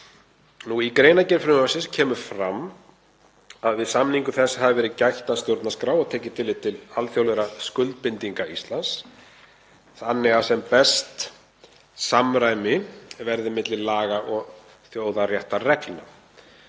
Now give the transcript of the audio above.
Í greinargerð frumvarpsins kemur fram að við samningu þess hafi verið gætt að stjórnarskrá og tekið tillit til alþjóðlegra skuldbindinga Íslands þannig að sem best samræmi verði milli laga og þjóðarréttarreglna.